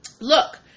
Look